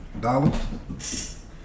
Dollars